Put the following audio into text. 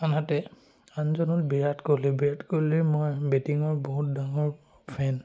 আনহাতে আনজন হ'ল বিৰাট কোহলি বিৰাট কোহলিৰ মই বেটিঙৰ বহুত ডাঙৰ ফেন